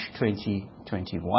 2021